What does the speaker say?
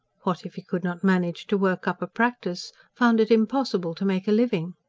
what if he could not manage to work up a practice. found it impossible to make a living?